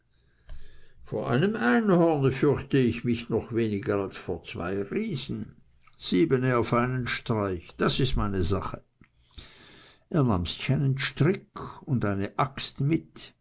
vor einem einhorne fürchte ich mich noch weniger als vor zwei riesen siebene auf einen streich das ist meine sache er nahm sich einen strick und eine axt mit